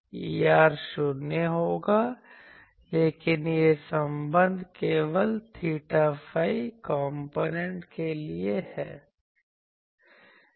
Er 0 होगा लेकिन यह संबंध केवल theta phi कॉम्पोनेंट के लिए है